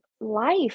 life